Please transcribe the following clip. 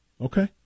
Okay